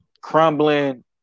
crumbling